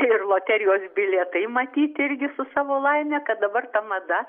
ir loterijos bilietai matyt irgi su savo laime kad dabar ta mada